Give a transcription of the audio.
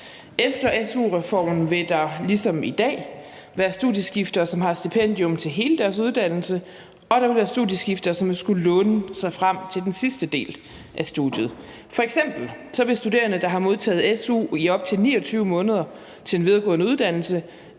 Efter su-reformen vil der ligesom i dag være studieskiftere, som har stipendium til hele deres uddannelse, og der vil være studieskiftere, som vil skulle låne sig frem i den sidste del af studiet. F.eks. vil studerende, der har modtaget su i op til 29 måneder til en videregående uddannelse,